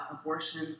abortion